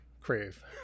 crave